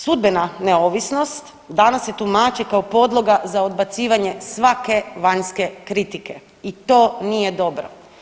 Sudbena neovisnost danas se tumači kao podloga za odbacivanje svake vanjske kritike i to nije dobro.